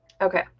okay